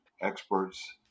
experts